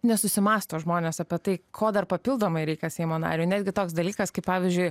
nesusimąsto žmonės apie tai ko dar papildomai reikia seimo nariui netgi toks dalykas kaip pavyzdžiui